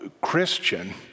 Christian